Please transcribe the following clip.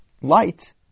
light